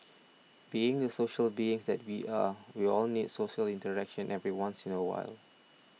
being the social beings that we are we all need social interaction every once in a while